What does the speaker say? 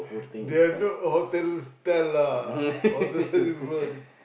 they are not hotel style lah hotel style different